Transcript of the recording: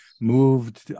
moved